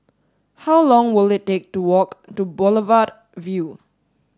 how long will it take to walk to Boulevard Vue